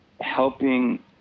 helping